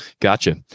Gotcha